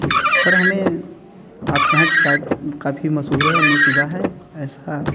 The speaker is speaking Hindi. ठीक सर हमें आप के यहाँ के चाट काफई मशहूर है हम ने सुना है ऐसा